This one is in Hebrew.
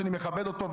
שאני מכבד אותו,